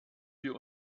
wir